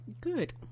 good